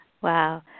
Wow